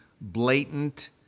blatant